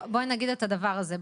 בואי נגיד את הדבר הזה.